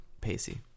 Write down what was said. Pacey